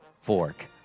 fork